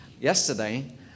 yesterday